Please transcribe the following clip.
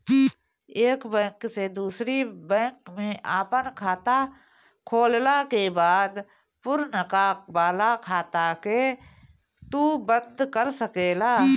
एक बैंक से दूसरी बैंक में आपन खाता खोलला के बाद पुरनका वाला खाता के तू बंद कर सकेला